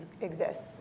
exists